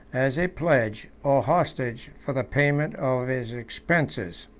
as a pledge or hostage for the payment of his expenses.